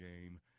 game